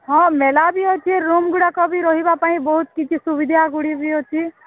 ହଁ ମେଲା ବି ଅଛି ରୁମ ଗୁଡ଼ାକ ବି ରହିବା ପାଇଁ ବହୁତ କିଛି ସୁବିଧା ଗୁଡ଼ିଏ ବି ଅଛି